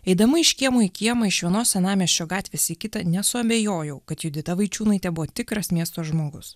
eidama iš kiemo į kiemą iš vienos senamiesčio gatvės į kitą nesuabejojau kad judita vaičiūnaitė buvo tikras miesto žmogus